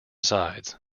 sides